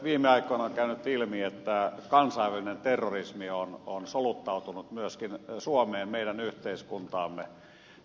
viime aikoina on käynyt ilmi että kansainvälinen terrorismi on soluttautunut myöskin suomeen meidän yhteiskuntaamme